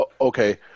okay